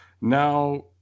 now